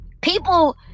People